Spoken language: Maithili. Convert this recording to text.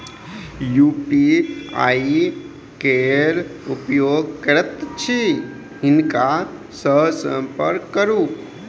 यू.पी.आई केर उपयोग करैत छी हिनका सँ संपर्क करु